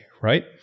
right